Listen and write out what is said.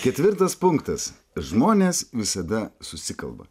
ketvirtas punktas žmonės visada susikalba